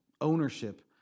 Ownership